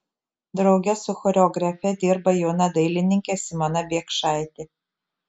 drauge su choreografe dirba jauna dailininkė simona biekšaitė